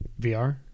vr